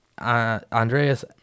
Andreas